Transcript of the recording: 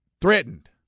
threatened